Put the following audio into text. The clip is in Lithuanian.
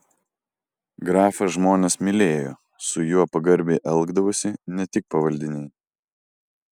grafą žmonės mylėjo su juo pagarbiai elgdavosi ne tik pavaldiniai